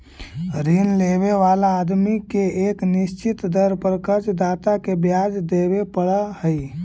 ऋण लेवे वाला आदमी के एक निश्चित दर पर कर्ज दाता के ब्याज देवे पड़ऽ हई